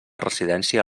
residència